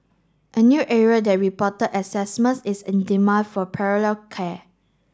a new area that reported assessments is in demand for parallel care